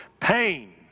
pain